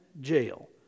jail